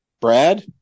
Brad